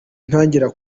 ntangira